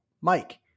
Mike